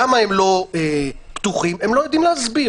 למה הם לא פתוחים הם לא יודעים להסביר.